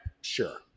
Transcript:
Sure